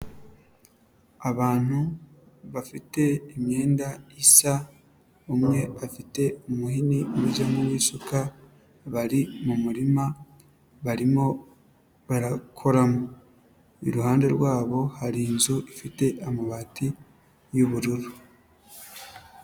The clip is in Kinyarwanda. Abantu bafite imyenda isa, umwe afite umuhini ujya mu isuka, bari mu murima, barimo barakoramo. Iruhande rwabo hari inzu ifite amabati y'ubururu.